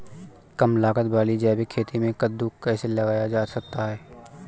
कम लागत वाली जैविक खेती में कद्दू कैसे लगाया जा सकता है?